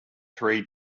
three